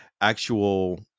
actual